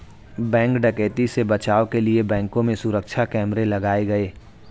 bank डकैती से बचाव के लिए बैंकों में सुरक्षा कैमरे लगाये गये